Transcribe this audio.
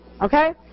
okay